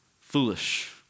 foolish